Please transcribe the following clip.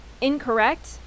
incorrect